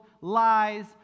lies